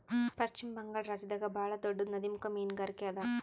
ಪಶ್ಚಿಮ ಬಂಗಾಳ್ ರಾಜ್ಯದಾಗ್ ಭಾಳ್ ದೊಡ್ಡದ್ ನದಿಮುಖ ಮೀನ್ಗಾರಿಕೆ ಅದಾ